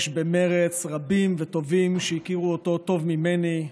יש במרצ רבים וטובים שהכירו אותו טוב ממני,